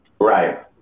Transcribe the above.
right